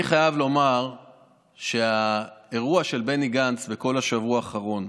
אני חייב לומר שהאירוע של בני גנץ כל השבוע האחרון,